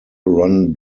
ron